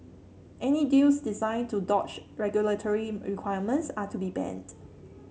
any deals designed to dodge regulatory requirements are to be banned